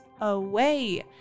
away